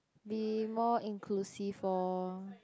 be more inclusive orh